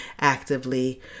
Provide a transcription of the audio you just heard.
actively